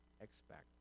expect